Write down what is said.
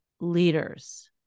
leaders